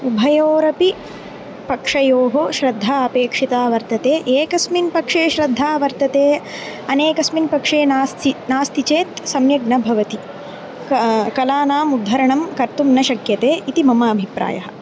उभयोरपि पक्षयोः श्रद्धा अपेक्षिता वर्तते एकस्मिन् पक्षे श्रद्धा वर्तते अनेकस्मिन् पक्षे नास्ति नास्ति चेत् सम्यक् न भवति क कलानाम् उद्धरणं कर्तुं न शक्यते इति मम अभिप्रायः